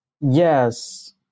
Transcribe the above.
Yes